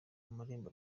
amarembo